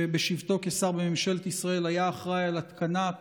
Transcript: שבשבתו כשר בממשלת ישראל היה אחראי להתקנת